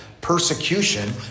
persecution